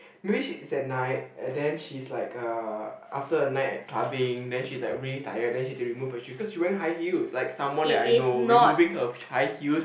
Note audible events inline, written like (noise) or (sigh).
maybe she's at night and then she's like uh after a night at clubbing then she's like really tired then she have to remove her shoes cause she's wearing high heels like someone that I know removing her (noise) high heels